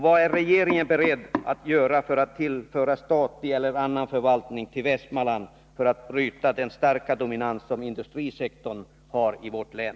Vad är regeringen beredd göra för att tillföra Västmanland statlig eller annan förvaltning för att bryta den starka dominans som industrisektorn har i vårt län?